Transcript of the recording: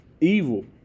Evil